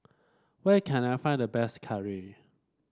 where can I find the best curry